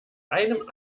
einem